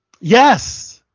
yes